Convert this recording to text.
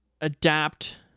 adapt